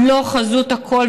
הוא לא חזות הכול,